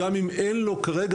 גם אם אין לו כרגע,